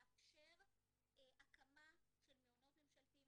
לאפשר הקמה של מעונות ממשלתיים.